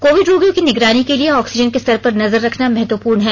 Covid रोगियों की निगरानी के लिए ऑक्सीजन के स्तर पर नजर रखना महत्वपूर्ण है